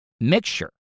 mixture